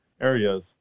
areas